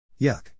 Yuck